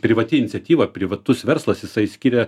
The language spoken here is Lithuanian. privati iniciatyva privatus verslas jisai skiria